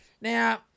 Now